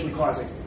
causing